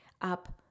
up